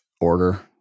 order